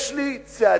יש לי צעדים,